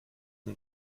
man